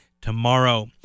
tomorrow